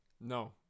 No